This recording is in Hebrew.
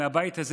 מהבית הזה,